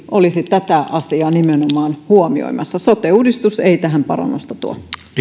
olisi nimenomaan tätä asiaa huomioimassa sote uudistus ei tähän parannusta tuo